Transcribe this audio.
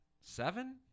Seven